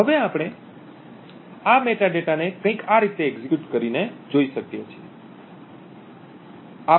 હવે આપણે આ મેટાડેટાને કંઈક આ રીતે એક્ઝેક્યુટ કરીને જોઈ શકીએ છીએ